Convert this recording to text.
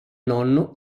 nonno